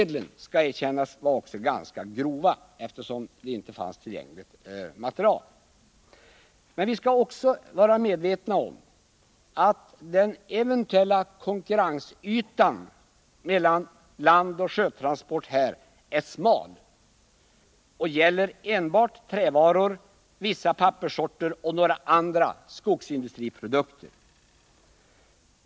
Det skall erkännas att mätmedlen var ganska grova, eftersom det inte fanns tillräckligt med material att tillgå, men vi skall också vara medvetna om att den eventuella konkurrensytan i fråga om landoch sjötransporter är smal och gäller enbart trävaror, vissa papperssorter och några andra skogsindustriprodukter.